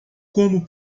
como